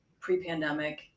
pre-pandemic